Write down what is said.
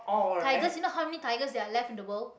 tigers you know how many tigers that are left in the world